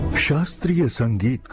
shot through sunday,